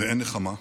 ואין נחמה.